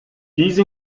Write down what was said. these